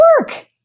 work